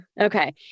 Okay